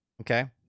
okay